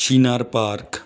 Chinar park